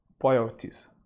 priorities